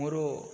ମୋର